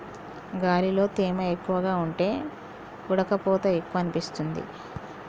గాలిలో తేమ ఎక్కువగా ఉంటే ఉడుకపోత ఎక్కువనిపిస్తుంది